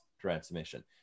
transmission